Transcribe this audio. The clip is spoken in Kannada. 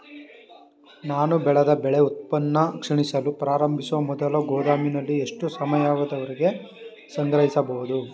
ನಾನು ಬೆಳೆದ ಬೆಳೆ ಉತ್ಪನ್ನ ಕ್ಷೀಣಿಸಲು ಪ್ರಾರಂಭಿಸುವ ಮೊದಲು ಗೋದಾಮಿನಲ್ಲಿ ಎಷ್ಟು ಸಮಯದವರೆಗೆ ಸಂಗ್ರಹಿಸಬಹುದು?